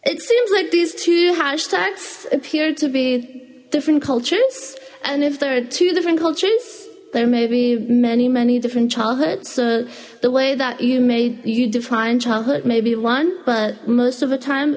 it seems like these two hashtags appear to be different cultures and if there are two different cultures there may be many many different childhoods so the way that you made you define childhood maybe one but most of the time